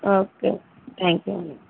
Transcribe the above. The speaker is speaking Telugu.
ఓకే థ్యాంక్ యూ అండి